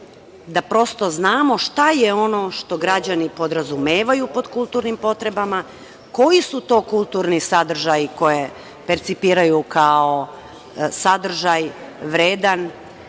da prosto znamo šta je ono što građani podrazumevaju pod kulturnim potrebama, koji su to kulturni sadržaji koje percipiraju kao sadržaj vredan